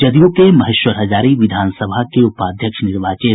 जदयू के महेश्वर हजारी विधान सभा के उपाध्यक्ष निर्वाचित